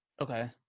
Okay